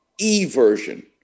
eversion